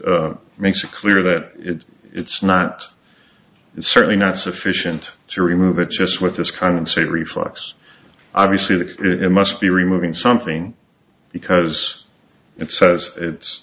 that it's not it's certainly not sufficient to remove it just with this kind of say reflux obviously that it must be removing something because it says it's